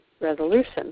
resolution